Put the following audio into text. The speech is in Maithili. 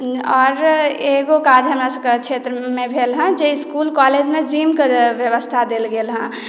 आओर एगो काज हमरा सभके क्षेत्रमे भेल हँ जे इसकुल कॉलेज मे जीमके व्यवस्था देल गेल हँ